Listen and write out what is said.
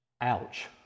Ouch